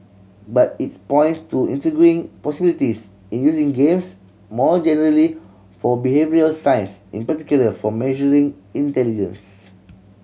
but if points to intriguing possibilities in using games more generally for behavioural science in particular for measuring intelligence